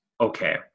okay